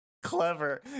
Clever